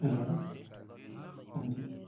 hello हाँ जी